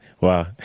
Wow